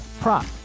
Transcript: prop